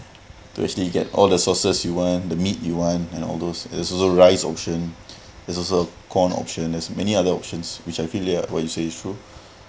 to actually get all the sauces you want the meat you want and all those there's also rice option there's also corn option as many other options which I feel you ah what you say is true